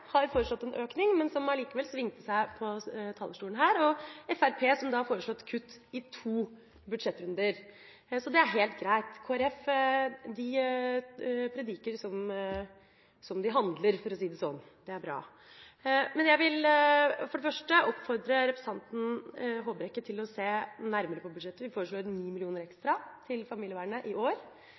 har foreslått en økning, men som likevel svingte seg på talerstolen her, og også Fremskrittspartiet, som har foreslått kutt i to budsjettrunder. Så det er helt greit – Kristelig Folkeparti prediker som de handler, for å si det sånn. Det er bra. Men jeg vil for det første oppfordre representanten Håbrekke til å se nærmere på budsjettet. Vi foreslår 9 mill. kr ekstra til familievernet i år.